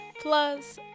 Plus